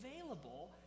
available